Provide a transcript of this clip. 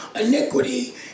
Iniquity